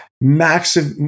massive